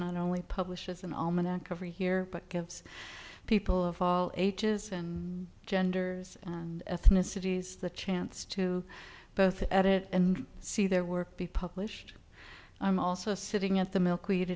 not only publishes an allman aquifer here but gives people of all ages and genders and ethnicities the chance to both edit and see their work be published i'm also sitting at the milkwe